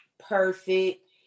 perfect